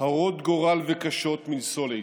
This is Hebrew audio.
הרות גורל וקשות מנשוא לעיתים.